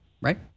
right